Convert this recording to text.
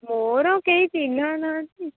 ମୋର କେହି ଚିହ୍ନା ନାହାଁନ୍ତି